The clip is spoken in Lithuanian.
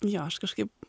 jo aš kažkaip